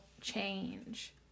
change